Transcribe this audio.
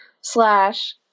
slash